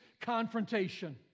confrontation